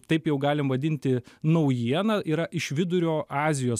taip jau galim vadinti naujiena yra iš vidurio azijos